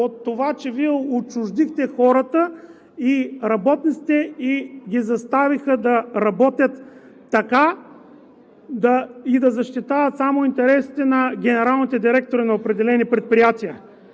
от това, че Вие отчуждихте хората и работниците ги заставиха да работят така, че да защитават само интересите на генералните директори на определени предприятия.